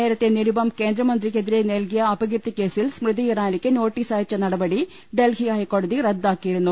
നേരത്തെ നിരുപം കേന്ദ്രമന്ത്രിക്കെതിരെ നൽകിയ അപകീർത്തി കേ സിൽ സ്മൃതി ഇറാനിയ്ക്ക് നോട്ടീസ് അയച്ച നടപടി ഡൽഹി ഹൈക്കോടതി റദ്ദാക്കിയിരുന്നു